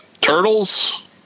Turtles